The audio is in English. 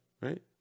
right